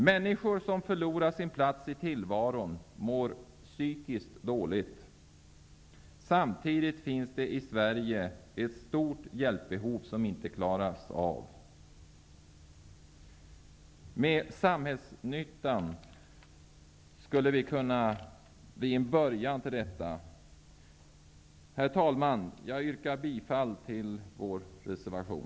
Människor som förlorar sin plats i tillvaron mår psykiskt dåligt. Samtidigt finns det i Sverige ett stort hjälpbehov som inte klaras av. Samhällsnyttan skulle kunna bli en början till detta. Herr talman! Jag yrkar bifall till vår reservation.